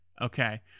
okay